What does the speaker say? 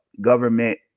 government